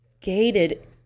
gated